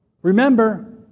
Remember